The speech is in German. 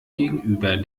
gegenüber